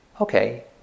Okay